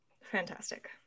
Fantastic